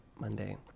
monday